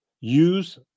use